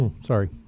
sorry